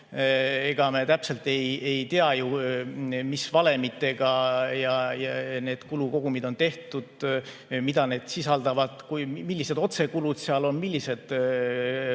Ega me täpselt ei tea ju, mis valemitega need kulu kogumid on tehtud, mida need sisaldavad, millised otsekulud seal on ja millised